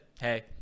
hey